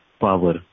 power